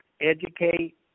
Educate